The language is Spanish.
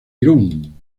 irún